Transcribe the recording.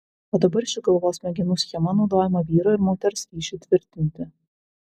o dabar ši galvos smegenų schema naudojama vyro ir moters ryšiui tvirtinti